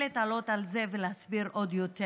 קשה להתעלות על זה ולהסביר עוד יותר,